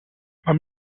man